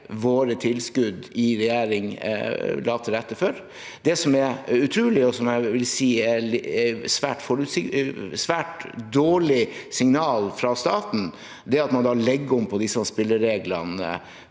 vår regjering la til rette for. Det som er utrolig, og som jeg vil si er et svært dårlig signal fra staten, er at man legger om disse spillereglene